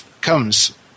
comes